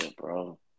bro